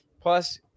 Plus